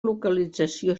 localització